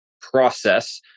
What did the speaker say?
process